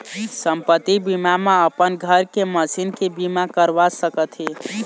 संपत्ति बीमा म अपन घर के, मसीन के बीमा करवा सकत हे